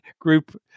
group